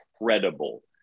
incredible